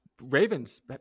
ravens